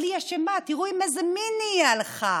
אבל היא אשמה, תראו עם איזה מיני היא הלכה,